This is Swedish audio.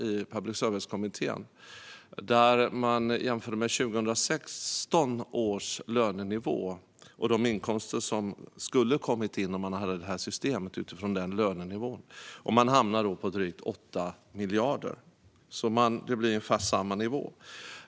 I Public service-kommittén jämförde man med de inkomster som skulle ha kommit in med 2016 års lönenivå om man hade haft det här systemet. Man hamnade då på drygt 8 miljarder, så det blir ungefär samma nivå.